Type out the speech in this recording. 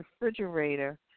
refrigerator